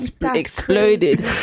Exploded